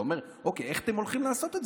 אתה אומר: אוקיי, איך אתם הולכים לעשות את זה?